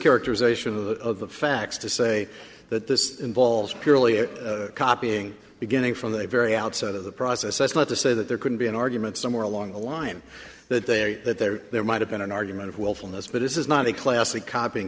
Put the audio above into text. characterization of the facts to say that this involves purely copying beginning from the very outset of the process that's not to say that there couldn't be an argument somewhere along the line that there that there there might have been an argument of willfulness but this is not a classic copying